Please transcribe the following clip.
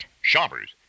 Shoppers